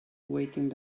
waiting